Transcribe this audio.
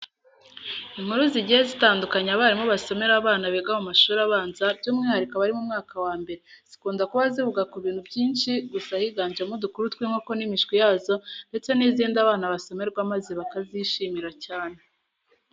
Inkuru zigiye zitandukanye abarimu basomera abana biga mu mashuri abanza by'umwihariko abari mu mwaka wa mbere, zikunda kuba zivuga ku bintu byinshi gusa higanjemo udukuru tw'inkoko n'imishwi yazo ndetse n'izindi abana basomerwa maze bakazishimira cyane.